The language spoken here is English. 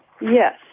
Yes